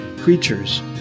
creatures